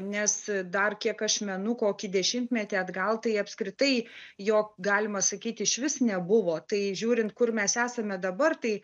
nes dar kiek aš menu kokį dešimtmetį atgal tai apskritai jo galima sakyt išvis nebuvo tai žiūrint kur mes esame dabar tai